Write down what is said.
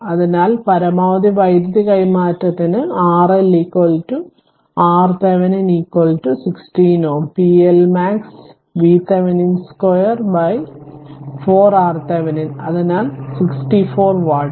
അതിനാൽ പരമാവധി വൈദ്യുതി കൈമാറ്റത്തിന് RL RThevenin 16 Ω pLmax VThevenin 2 4 RThevenin അതിനാൽ 64 വാട്ട്